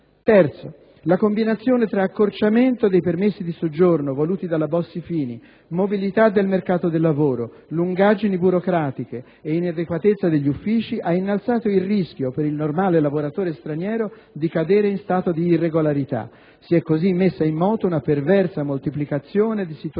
Terzo: la combinazione tra accorciamento dei permessi di soggiorno voluti dalla legge Bossi-Fini, mobilità del mercato del lavoro, lungaggini burocratiche e inadeguatezza degli uffici ha innalzato il rischio, per il normale lavoratore straniero, di cadere in stato di irregolarità. Si è così messa in moto una perversa moltiplicazione di situazioni